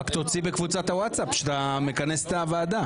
רק תוציא בקבוצת הווטסאפ שאתה מכנס את הוועדה.